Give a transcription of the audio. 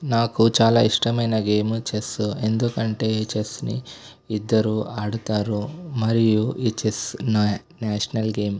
నాకు చాలా ఇష్టమైన గేమ్ చెస్ ఎందుకంటే ఈ చెస్ని ఇద్దరు ఆడతారు మరియు ఈ చెస్ నా నేషనల్ గేమ్